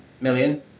million